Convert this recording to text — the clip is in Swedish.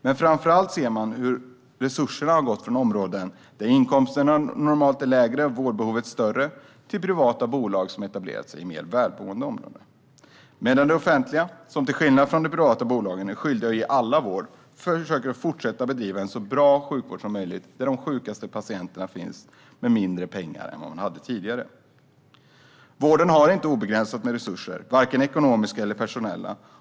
Men framför allt ser man att resurser har gått från områden där inkomsterna normalt är lägre och vårdbehovet större till privata bolag i mer välmående områden. Det offentliga, som till skillnad från de privata bolagen är skyldigt att ge alla vård, får fortsätta att försöka bedriva en så bra sjukvård som möjligt där de sjukaste patienterna finns men med mindre pengar än tidigare. Vården har inte obegränsade resurser, vare sig ekonomiska eller personella.